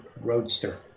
Roadster